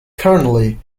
currently